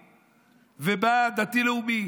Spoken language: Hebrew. הדתי-לאומי,